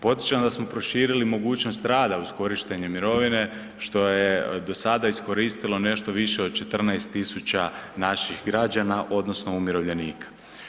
Podsjećam da smo proširili mogućnost rada uz korištenje mirovine što je do sada iskoristilo nešto više od 14.000 naših građana odnosno umirovljenika.